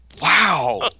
Wow